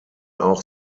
auch